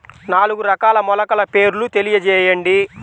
నాలుగు రకాల మొలకల పేర్లు తెలియజేయండి?